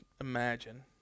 imagine